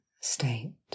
state